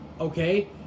Okay